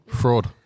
Fraud